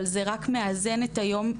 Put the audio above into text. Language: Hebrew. אבל זה רק מאזן את היום,